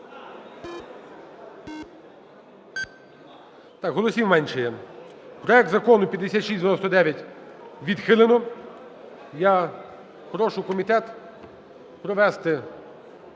Так, голосів меншає. Проект Закону 5699 відхилено. Я прошу комітет провести